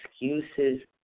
excuses